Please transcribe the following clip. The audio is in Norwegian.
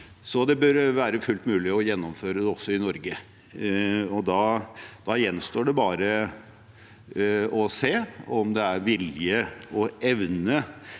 så det bør være fullt mulig å gjennomføre det også i Norge. Det gjenstår bare å se om det er vilje og evne